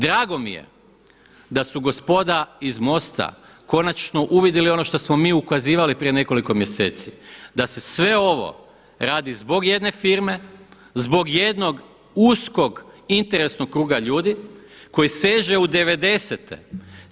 Drago mi je da su gospoda iz MOST-a konačno uvidjeli ono što smo mi ukazivali prije nekoliko mjeseci, da se sve ovo radi zbog jedne firme, zbog jednog uskog interesnog kruga ljudi koji seže u devedesete.